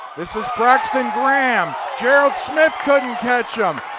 this is braxton graham. gerald smith couldn't catch him.